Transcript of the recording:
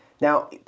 Now